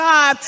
God